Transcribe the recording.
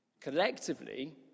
Collectively